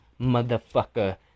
Motherfucker